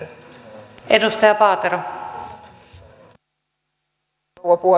arvoisa rouva puhemies